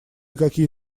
какие